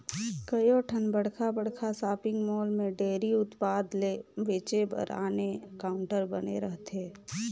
कयोठन बड़खा बड़खा सॉपिंग मॉल में डेयरी उत्पाद ल बेचे बर आने काउंटर बने रहथे